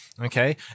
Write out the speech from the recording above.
Okay